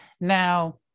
Now